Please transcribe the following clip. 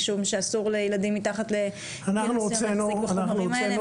משום שאסור לילדים מתחת לגיל מסוים להחזיק בחומרים האלה?